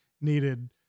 needed